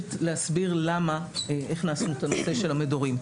מבקשת להסביר את נושא המדורים.